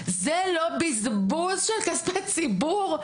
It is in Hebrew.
זה לא בזבוז של כספי ציבור?